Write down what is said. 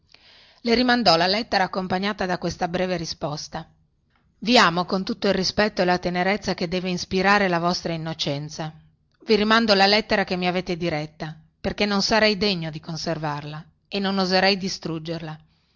le rimandò la lettera accompagnata da questa breve risposta vi amo con tutto il rispetto e la tenerezza che deve inspirare la vostra innocenza vi rimando la lettera che mi avete diretta perchè non sarei degno di conservarla e non oserei distruggerla